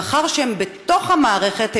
מאחר שהם בתוך המערכת,